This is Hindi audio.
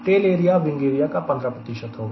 टेल एरिया विंग एरिया का 15 होगा